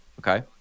Okay